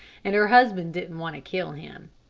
and her husband didn't want to kill him.